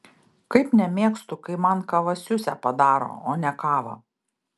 kaip nemėgstu kai man kavasiusę padaro o ne kavą